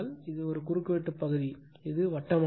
இது குறுக்கு வெட்டு பகுதி இது வட்டமானது